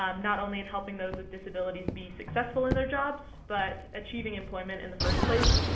um not only in helping those with disabilities be successful in their jobs, but achieving employment in the first place,